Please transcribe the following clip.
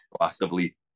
Actively